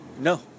No